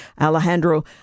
Alejandro